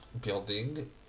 building